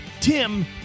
Tim